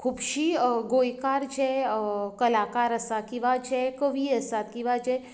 खुबशी गोंयकार जे कलाकार आसात किंवां जे कवी आसात किंवां जे